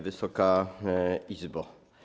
Wysoka Izbo!